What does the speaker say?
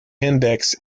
index